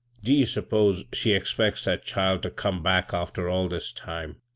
do ye s'pose she expects that child ter come back after all this time